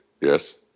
Yes